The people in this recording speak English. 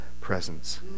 presence